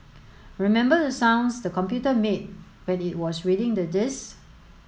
remember the sounds the computer made when it was reading the disks